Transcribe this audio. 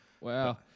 Wow